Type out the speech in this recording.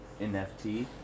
NFT